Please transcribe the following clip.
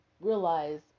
realize